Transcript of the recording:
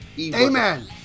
Amen